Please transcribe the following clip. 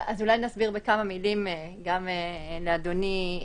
לצערי הנגיף לא פוסח על ציבור המתדיינים.